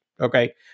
okay